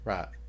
Right